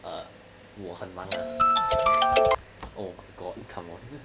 err 我很忙 ah oh my god come on